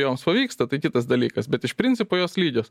joms pavyksta tai kitas dalykas bet iš principo jos lygios